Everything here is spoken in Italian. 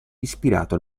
ispirato